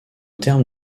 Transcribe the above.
terme